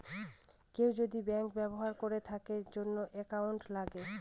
কেউ যদি ব্যাঙ্ক ব্যবহার করে তার জন্য একাউন্ট লাগে